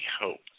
hope